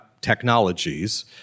technologies